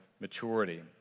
maturity